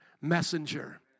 messenger